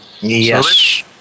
yes